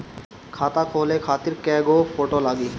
खाता खोले खातिर कय गो फोटो लागी?